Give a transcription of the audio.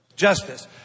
justice